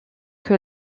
que